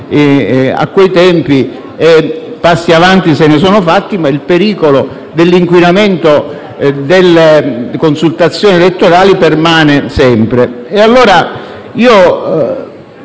a quei tempi e di passi avanti se ne sono fatti, ma il pericolo dell'inquinamento delle consultazioni elettorali permane sempre.